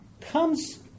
Comes